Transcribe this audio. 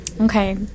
okay